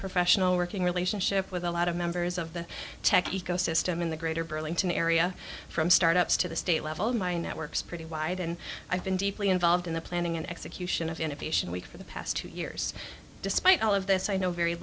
professional working relationship with a lot of members of the tech ecosystem in the greater burlington area from start ups to the state level my networks pretty wide and i've been deeply involved in the planning and execution of innovation week for the past two years despite all of this i know very